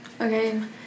Okay